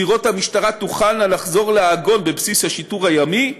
סירות המשטרה תוכלנה לחזור לעגון בבסיס השיטור הימי,